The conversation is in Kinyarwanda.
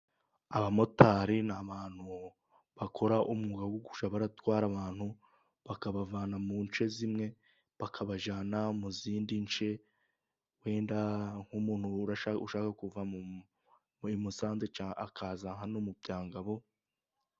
Abamotari ni abantu bakora umwuga wo gujya baratwara abantu, bakabavana mu nce zimwe bakabajyana mu zindi nce. Wenda nk'umuntu ushaka ushaka kuva muri Musanze akaza hano no mu Byangabo.